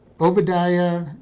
Obadiah